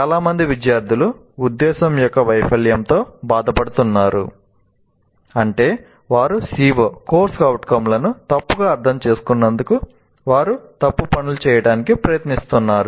చాలామంది విద్యార్థులు ఉద్దేశం యొక్క వైఫల్యంతో బాధపడుతున్నారు అంటే వారు CO లను తప్పుగా అర్థం చేసుకున్నందున వారు తప్పు పనులు చేయడానికి ప్రయత్నిస్తున్నారు